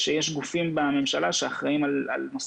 יש גופים בממשלה שאחראים על נושא